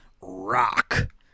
rock